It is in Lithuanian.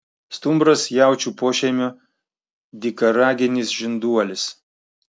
stumbras jaučių pošeimio dykaraginis žinduolis